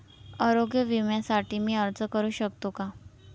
आरोग्य विम्यासाठी मी अर्ज करु शकतो का?